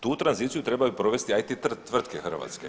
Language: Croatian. Tu tranziciju trebaju provesti IT tvrtke Hrvatske.